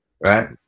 right